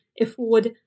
afford